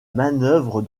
manœuvre